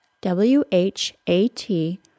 W-H-A-T